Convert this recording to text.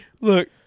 Look